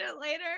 later